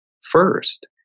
first